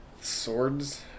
swords